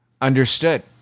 Understood